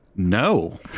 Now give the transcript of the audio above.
No